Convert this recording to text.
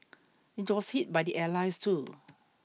it was hit by the Allies too